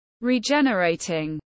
regenerating